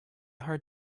hard